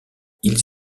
ils